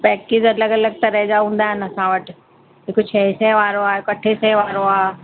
package अलॻि अलॻि तरह जा हूंदा आहिनि असां वटि हिक छह सै वारो आहे हिक अठे सै वारो आहे